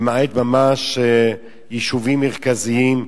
למעט ממש יישובים מרכזיים,